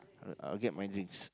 uh I'll get my drinks